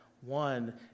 one